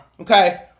okay